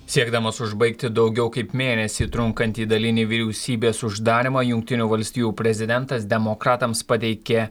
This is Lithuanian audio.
siekdamas užbaigti daugiau kaip mėnesį trunkantį dalinį vyriausybės uždarymą jungtinių valstijų prezidentas demokratams pateikė